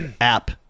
App